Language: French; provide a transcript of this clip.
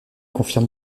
confirme